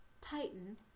Titan